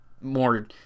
more